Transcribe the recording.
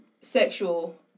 sexual